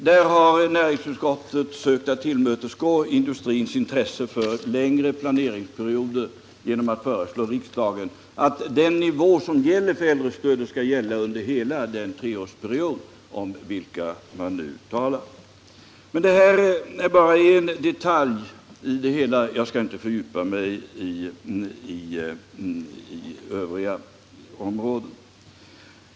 Här har näringsutskottet kunnat tillmötesgå industrin som visat stort intresse för planeringsperioder genom att föreslå riksdagen att den nivå som gäller för äldrestödet skall gälla under hela den treårsperiod om vilken man nu talar. Men detta är bara en detalj. Jag skall inte fördjupa mig i övriga avsnitt.